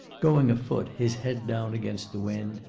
going afoot, his head down against the wind,